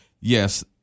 Yes